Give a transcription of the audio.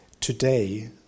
today